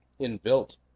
inbuilt